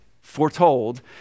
foretold